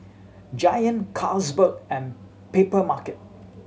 Giant Carlsberg and Papermarket